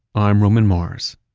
i'm roman mars